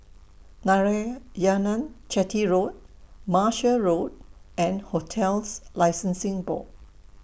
Narayanan Chetty Road Martia Road and hotels Licensing Board